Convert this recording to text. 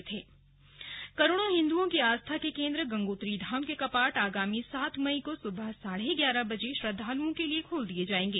slug Gangotri के कपाट करोड़ों हिन्दुओं की आस्था के केंद्र गंगोत्री धाम के कपाट आगामी सात मई को सुबह साढ़े ग्यारह बजे श्रद्वालुओं के लिए खोल दिए जाएंगे